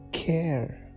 care